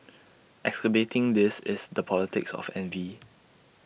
exacerbating this is the politics of envy